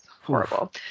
Horrible